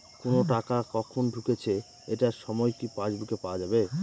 কোনো টাকা কখন ঢুকেছে এটার সময় কি পাসবুকে পাওয়া যাবে?